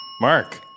Mark